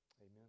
Amen